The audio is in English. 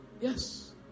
Yes